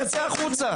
אז תצא החוצה.